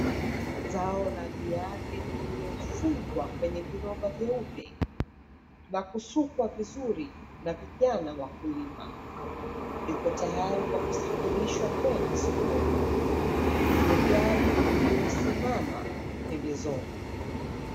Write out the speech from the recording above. Zao la viazi vilivyofungwa kwenye viroba vyeupe na kusukwa vizuri na vijana wakulima. Liko tayari kwa kusafirishwa kwenda sokoni kwenye gari lililosimama pembezoni.